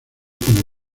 como